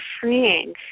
freeing